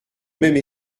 même